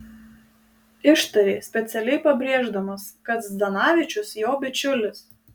ištarė specialiai pabrėždamas kad zdanavičius jo bičiulis